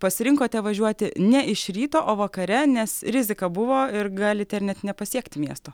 pasirinkote važiuoti ne iš ryto o vakare nes rizika buvo ir galite net nepasiekti miesto